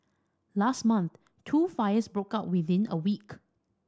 last month two fires broke out within a week